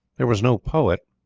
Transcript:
there was no poet,